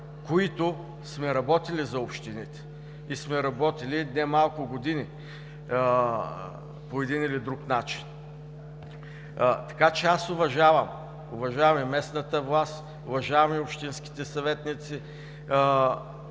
които сме работили за общините и сме работили не малко години по един или друг начин“. Така че аз уважавам – уважавам и местната власт, уважавам и общинските съветници